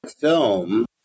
film